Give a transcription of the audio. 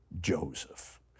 Joseph